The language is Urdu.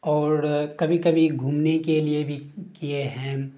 اور کبھی کبھی گھومنے کے لیے بھی کیے ہیں